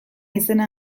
izena